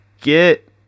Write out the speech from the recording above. get